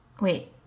wait